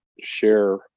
share